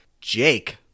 jake